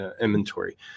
inventory